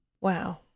Wow